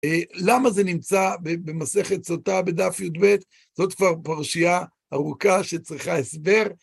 למה זה נמצא במסכת סוטה בדף י"ב זאת כבר פרשייה ארוכה שצריכה לסבר.